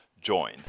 join